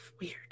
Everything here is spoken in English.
weird